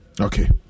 okay